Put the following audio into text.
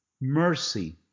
Mercy